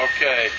Okay